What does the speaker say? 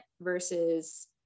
versus